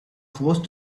forced